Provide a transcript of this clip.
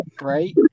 Right